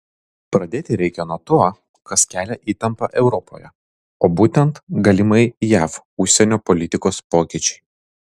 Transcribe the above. pradėti reikia nuo to kas kelia įtampą europoje o būtent galimi jav užsienio politikos pokyčiai